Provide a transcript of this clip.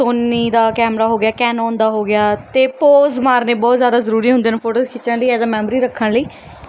ਸੋਨੀ ਦਾ ਕੈਮਰਾ ਹੋ ਗਿਆ ਕੈਨੋਨ ਦਾ ਹੋ ਗਿਆ ਅਤੇ ਪੋਜ਼ ਮਾਰਨੇ ਬਹੁਤ ਜ਼ਿਆਦਾ ਜ਼ਰੂਰੀ ਹੁੰਦੇ ਨੇ ਫੋਟੋਜ਼ ਖਿੱਚਣ ਲਈ ਐਜ਼ ਅ ਮੈਮਰੀ ਰੱਖਣ ਲਈ